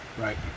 Right